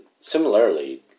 Similarly